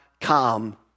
come